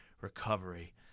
recovery